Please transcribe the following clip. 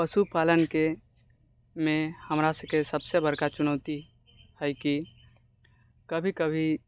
पशुपालनकेमे हमरा सबके सबसँ बड़का चुनौती हइ कि कभी कभी